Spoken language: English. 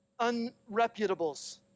unreputables